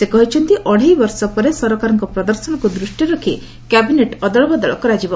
ସେ କହିଛନ୍ତି ଅଢ଼େଇ ବର୍ଷ ପରେ ସରକାରଙ୍କ ପ୍ରଦର୍ଶନକୁ ଦୃଷ୍ଟିରେ ରଖି କ୍ୟାବିନେଟ୍ ଅଦଳବଦଳ କରାଯିବ